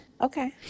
okay